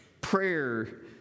Prayer